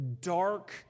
dark